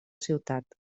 ciutat